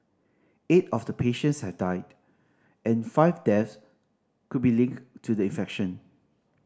eight of the patients have died and five deaths could be linked to the infection